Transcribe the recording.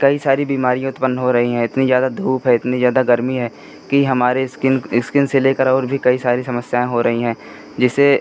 कई सारी बीमारियाँ उत्पन्न हो रही हैं इतनी ज़्यादा धूप है इतनी ज़्यादा गर्मी है कि हमारे इस्किन इस्किन से लेकर और भी कई सारी समस्याएँ हो रही हैं जिसे